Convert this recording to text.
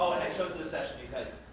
i chose this session because